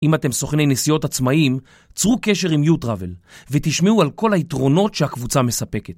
אם אתם סוכני נסיעות עצמאיים, צרו קשר עם U-Travel ותשמעו על כל היתרונות שהקבוצה מספקת.